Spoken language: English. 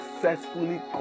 successfully